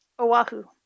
Oahu